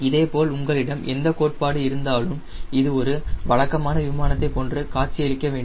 இதேபோல் உங்களிடம் எந்த கோட்பாடு இருந்தாலும் இது ஒரு வழக்கமான விமானத்தைப் போன்று காட்சி அளிக்க வேண்டும்